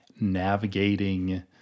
navigating